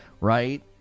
right